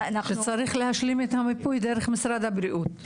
צריך להשלים את המיפוי דרך משרד הבריאות.